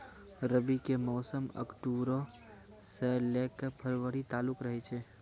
रबी के मौसम अक्टूबरो से लै के फरवरी तालुक रहै छै